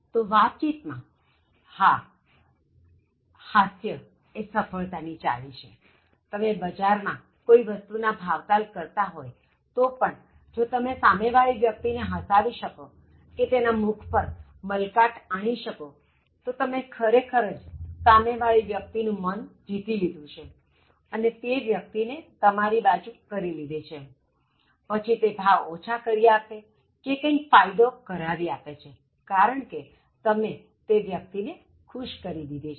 તોવાતચીતમાં એ સફળતા ની ચાવી છે તમે બજારમાં કોઇ વસ્તુ ના ભાવતાલ કરતા હોય તો પણ જો તમે સામે વાળી વ્યક્તિ ને હસાવી શકો કે તેના મુખ પર મલકાટ આણી શકો તો તમે ખરેખર જ સામે વાળી વ્યક્તિ નું મન જીતી લીધું છે અને તે વ્યક્તિ ને તમારી બાજું કરી લીધી છેપછી તે ભાવ ઓછા કરી આપે કે કંઇ ફાયદો કરાવી આપે છે કારણ તમે તે વ્યક્તિ ને ખુશ કરી દીધી છે